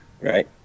Right